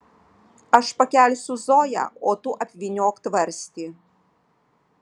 aš pakelsiu zoją o tu apvyniok tvarstį